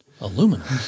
aluminum